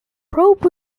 probe